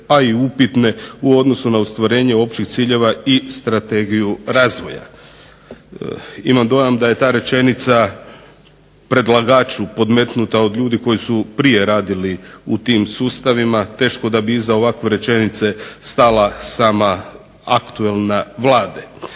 a i upitne u odnosu na ostvarenje općih ciljeva i strategiju razvoja. Imam dojam da je ta rečenica predlagaču podmetnuta od ljudi koji su prije radili u tim sustavima. teško da bi iza ovakve rečenice stala sama aktualna Vlada.